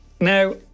Now